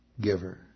Giver